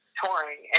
touring